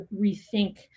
rethink